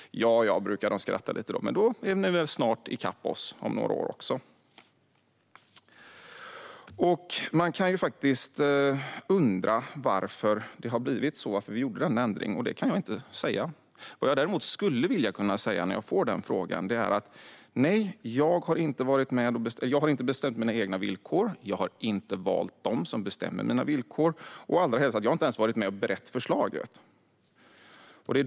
Då skrattar de lite och säger: Men då är ni väl snart i kapp oss. Varför gjordes denna ändring? Det kan jag inte säga. Men vad jag skulle vilja säga när jag får frågan är: Jag har inte bestämt mina villkor, jag har inte valt dem som bestämmer mina villkor och jag har inte ens varit med och berett förslaget.